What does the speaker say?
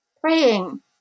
praying